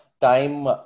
time